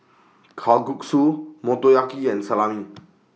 Kalguksu Motoyaki and Salami